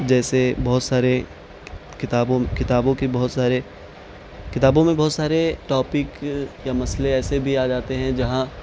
جیسے بہت سارے کتابوں کتابوں کے بہت سارے کتابوں میں بہت سارے ٹاپک یا مسئلے ایسے بھی آ جاتے ہیں جہاں